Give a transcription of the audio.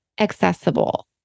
accessible